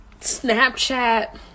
Snapchat